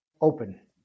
open